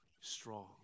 strong